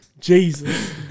Jesus